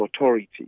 Authority